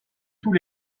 tous